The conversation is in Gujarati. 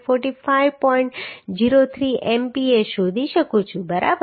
03 MPa શોધી શકું છું બરાબર